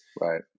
right